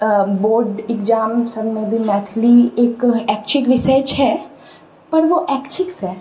अऽ board exam सभमे भी मैथिली एक ऐच्छिक विषय छै पर ओ ऐच्छिकसँ